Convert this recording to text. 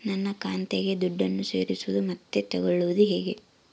ನನ್ನ ಖಾತೆಗೆ ದುಡ್ಡನ್ನು ಸೇರಿಸೋದು ಮತ್ತೆ ತಗೊಳ್ಳೋದು ಹೇಗೆ?